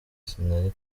sinari